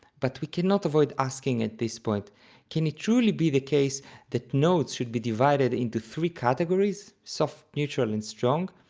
but we cannot avoid asking at this point can it truly be the case that notes should be divided into three categories, soft, neutral, and strong,